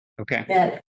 Okay